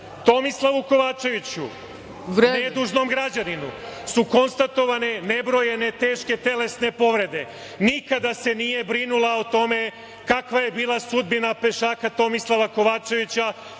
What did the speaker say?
sebe. Tomislavu Kovačeviću, nedužnom građaninu su konstatovane nebrojane teške telesne povrede. Nikada se nije brinula o tome kakva je bila sudbina pešaka Tomislava Kovačevića.